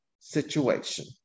situation